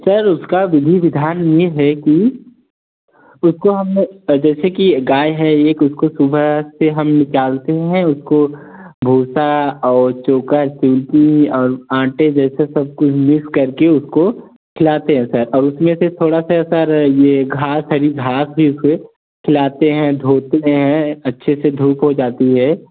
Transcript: sir उसकी विधि विधान यह है कि उसको हम जैसे कि गाय है एक उसको सुबह से हम डालते हैं उसको भूसा और चोकर चुकी और आटे जैसे सब कुछ मिक्स कर के उसको खिलते हैं और उसमें से थोड़ा सा सर ये घांस हरी घांस इसमें खिलते हैं उसमें अच्छे से धूप हो जाती है